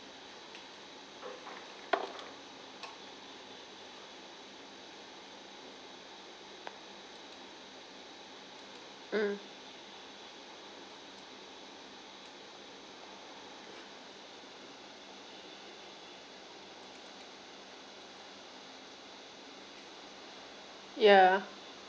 mm ya